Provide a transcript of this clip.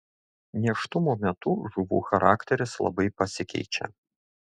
nėštumo metu žuvų charakteris labai pasikeičia